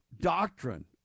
doctrine